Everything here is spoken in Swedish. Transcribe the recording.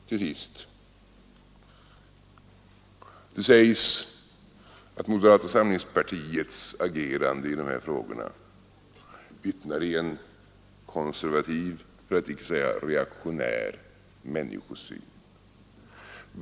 Till sist: det sägs att moderata samlingspartiets agerande i dessa frågor vittnar om en konservativ, för att inte säga reaktionär, människosyn.